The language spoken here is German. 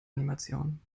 animation